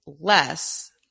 less